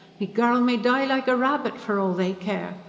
me girl may die like a rabbit for all they care.